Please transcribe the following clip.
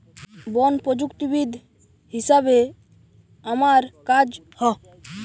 বন প্রযুক্তিবিদ হিসাবে আমার কাজ হ